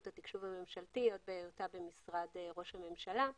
התקשוב הממשלתי עוד בהיותה במשרד ראש הממשלה.